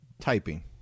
Typing